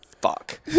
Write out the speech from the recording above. fuck